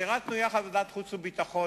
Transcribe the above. שירתנו יחד בוועדת החוץ והביטחון,